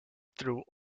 through